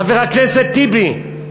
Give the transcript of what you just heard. חבר הכנסת טיבי,